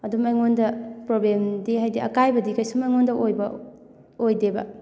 ꯑꯗꯨꯝ ꯑꯩꯉꯣꯟꯗ ꯄ꯭ꯔꯣꯕ꯭ꯂꯦꯝꯗꯤ ꯍꯥꯏꯗꯤ ꯑꯩꯀꯥꯏꯕꯗꯤ ꯀꯩꯁꯨꯝ ꯑꯩꯉꯣꯟꯗ ꯑꯣꯏꯕ ꯑꯣꯏꯗꯦꯕ